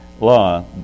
law